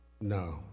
No